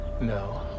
No